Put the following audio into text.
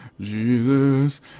Jesus